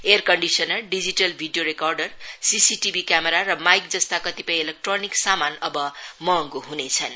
air conditioner digital video recorder CCTV camera र mic जस्ता कतिपय इलेक्ट्रोनिक सामान अब महँगो हुनेछन्